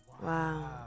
Wow